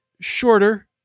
shorter